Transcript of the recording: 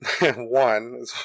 One